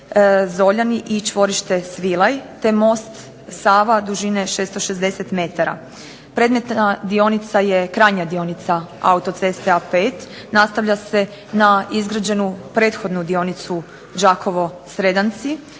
Zoljani i čvorište Svilaj, te most SAva dužine 660m. Predmetna dionica je krajnja dionica autoceste A5, nastavlja se na izgrađenu prethodnu dionicu Đakovo-Sredanci,